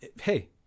hey